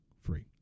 free